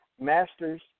masters